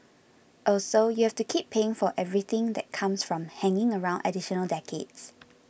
also you have to keep paying for everything that comes from hanging around additional decades